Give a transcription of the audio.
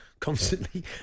Constantly